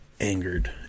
angered